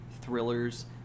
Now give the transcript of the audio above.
Thrillers